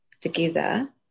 together